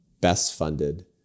best-funded